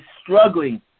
struggling